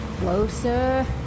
Closer